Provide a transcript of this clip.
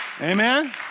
amen